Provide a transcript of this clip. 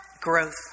growth